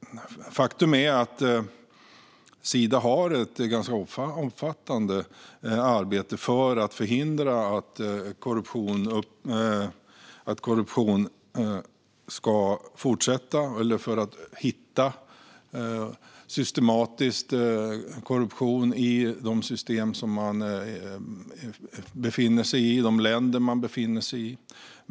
Faktum är att Sida har ett ganska omfattande arbete för att förhindra fortsatt korruption och för att hitta systematisk korruption i de system man befinner sig i och de länder man befinner sig i.